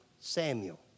Samuel